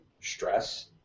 stress